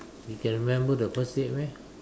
you can remember the first date meh